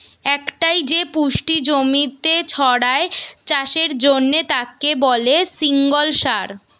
একটাই যে পুষ্টি জমিতে ছড়ায় চাষের জন্যে তাকে বলে সিঙ্গল সার